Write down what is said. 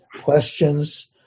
questions